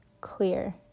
clear